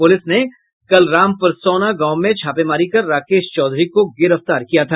police ने कल राम परसौना गांव में छापेमारी कर राकेश चौधरी को गिरफ्तार किया था